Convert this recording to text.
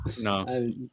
No